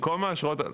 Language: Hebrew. במקום האשרות,